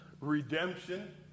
redemption